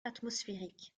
atmosphérique